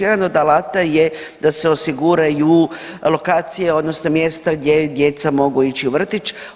Jedan od alata je da se osiguraju alokacije odnosno mjesta gdje mogu ići u vrtić.